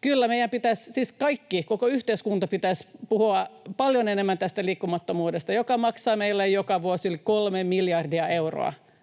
Kyllä, meidän pitäisi — siis kaikkien, koko yhteiskunnan — puhua paljon enemmän tästä liikkumattomuudesta, joka maksaa meille joka vuosi yli 3 miljardia euroa